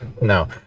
No